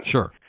Sure